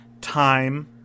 time